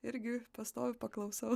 irgi pastoviu paklausau